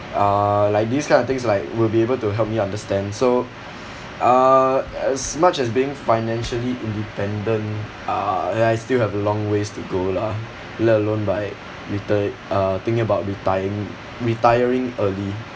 uh like these kind of things like will be able to help me understand so uh as much as being financially independent uh I still have a long ways to go lah let alone by reti~ uh thinking about retiring retiring early